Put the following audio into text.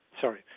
sorry